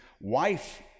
wife